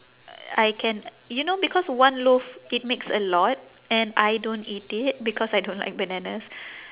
I can you know because one loaf it makes a lot and I don't eat it because I don't like bananas